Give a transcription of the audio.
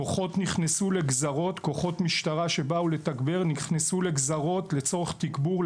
כוחות המשטרה שבאו לתגבר ונכנסו לגזרות לצורך תגבור,